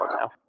now